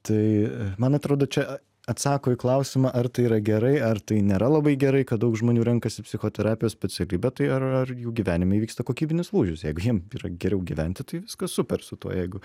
tai man atrodo čia atsako į klausimą ar tai yra gerai ar tai nėra labai gerai kad daug žmonių renkasi psichoterapijos specialybę tai ar ar jų gyvenime įvyksta kokybinis lūžis jeigu jiem yra geriau gyventi tai viskas super su tuo jeigu